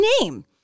name